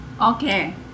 Okay